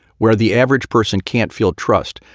where the average person can't feel trust,